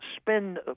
spend